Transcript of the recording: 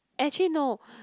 actually no